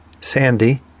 Sandy